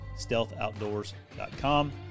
StealthOutdoors.com